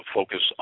focus